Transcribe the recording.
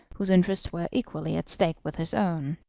whose interests were equally at stake with his own.